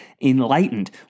enlightened